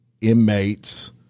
inmates